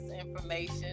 information